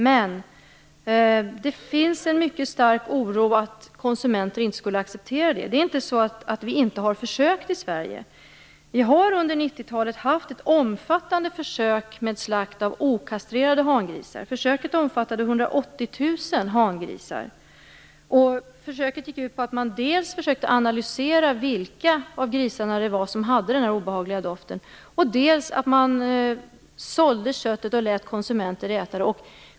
Men det finns en mycket stark oro för att konsumenter inte skulle acceptera det. Det är inte så att vi inte har försökt i Sverige. Vi har under 90-talet haft ett omfattande försök med slakt av okastrerade hangrisar. Försöket omfattade 180 000 hangrisar. Det gick ut på att man dels försökte analysera vilka av grisarna som hade den här obehagliga doften, dels sålde köttet och lät konsumenter äta det.